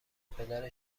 پدر